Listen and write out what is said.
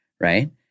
Right